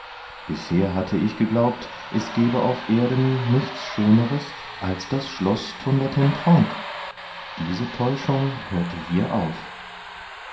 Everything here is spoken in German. bisher hatte ich geglaubt es gebe auf erden nichts schöneres als das schloß thundertentronckh diese täuschung hörte hier auf